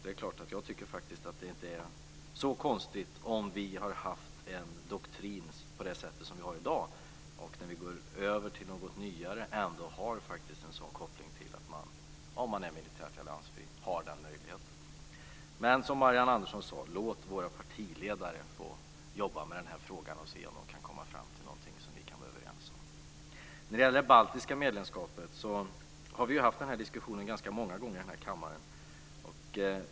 Det är klart att jag inte tycker att det är så konstigt om vi har haft en doktrin på det sätt som vi har i dag, och när vi går över till något nyare ändå har en sådan koppling, om man är militärt alliansfri, till den möjligheten. Men, som Marianne Andersson sade, låt våra partiledare få jobba med denna fråga och se om de kan komma fram till någonting som vi kan vara överens om. När det gäller det baltiska medlemskapet har vi ju haft den här diskussionen ganska många gånger i denna kammare.